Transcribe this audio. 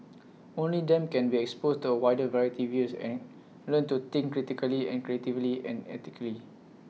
only them can be exposed to A wider variety views and learn to think critically and creatively and ethically